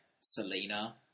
Selena